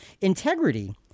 Integrity